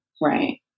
Right